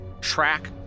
track